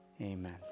amen